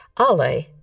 Ale